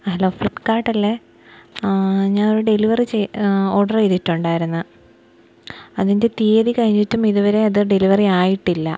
hello ഫ്ലിപ്പ്കാർട്ടല്ലേ ഞാനൊരു delivery order ചെയ്തിട്ടുണ്ടായിരുന്നു അതിൻ്റെ തീയതി കഴിഞ്ഞിട്ടും ഇതുവരെ അത് ഡെലിവറിയായിട്ടില്ല